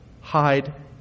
hide